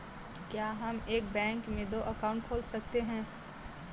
क्या हम एक बैंक में दो अकाउंट खोल सकते हैं?